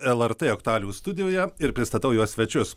lrt aktualijų studijoje ir pristatau jos svečius